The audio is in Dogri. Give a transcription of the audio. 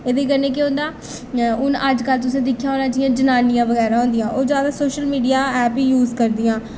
एह्दे कन्नै केह् होंदा हून अजकल्ल तुसें दिक्खेआ होना जि'यां जनानियां बगैरा होदियां ओह् जैदा सोशल मीडिया ऐप बी यूज करदियां